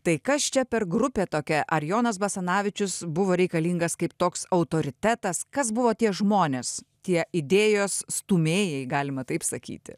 tai kas čia per grupė tokia ar jonas basanavičius buvo reikalingas kaip toks autoritetas kas buvo tie žmonės tie idėjos stūmėjai galima taip sakyti